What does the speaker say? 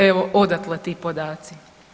Evo odatle ti podaci.